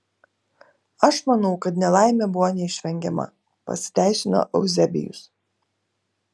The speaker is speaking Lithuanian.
aš manau kad nelaimė buvo neišvengiama pasiteisino euzebijus